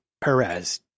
perez